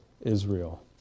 Israel